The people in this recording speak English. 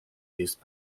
used